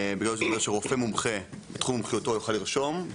בגלל שרופא מומחה בתחום אחריותו יוכל לרשום,